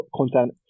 content